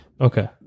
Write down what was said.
Okay